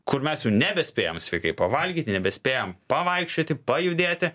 kur mes jau nebespėjam sveikai pavalgyt nebespėjam pavaikščioti pajudėti